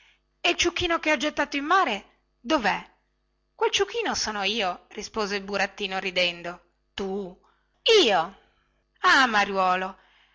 e il ciuchino che ho gettato in mare dovè quel ciuchino son io rispose il burattino ridendo tu io ah mariuolo